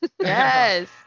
Yes